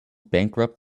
bankrupt